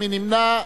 מי נמנע?